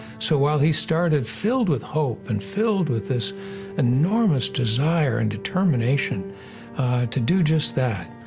so, while he started filled with hope and filled with this enormous desire and determination to do just that,